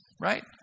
right